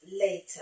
later